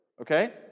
Okay